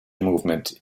movement